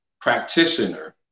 practitioner